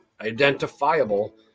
Identifiable